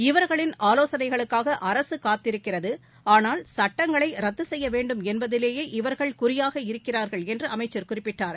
இவர்களின் ஆலோசனைகளுக்காக அரசு காத்திருக்கிறது ஆனால் அவர்கள் சுட்டங்களை ரத்து செய்ய வேண்டும் என்பதிலேயே குறியாக இருக்கிறார்கள் என்று அமைச்சர் குறிப்பிட்டார்